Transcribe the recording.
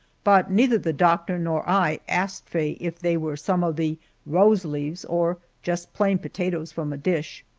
but neither the doctor nor i asked faye if they were some of the rose leaves or just plain potatoes from a dish!